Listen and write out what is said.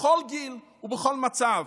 בכל גיל ובכל מצב,